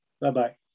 Bye-bye